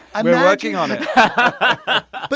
and we're working on it but, but